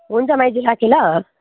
हुन्छ माइजू राखेँ ल